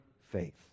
faith